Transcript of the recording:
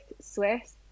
Swiss